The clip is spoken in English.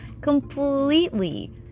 completely